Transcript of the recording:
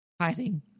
hiding